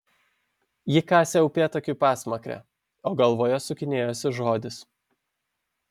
ji kasė upėtakiui pasmakrę o galvoje sukinėjosi žodis